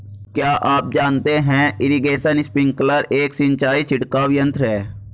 क्या आप जानते है इरीगेशन स्पिंकलर एक सिंचाई छिड़काव यंत्र है?